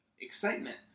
excitement